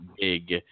big